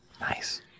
Nice